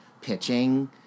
pitching